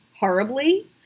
horribly